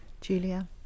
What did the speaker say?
Julia